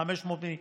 כ-500 מיליון שקל.